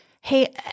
Hey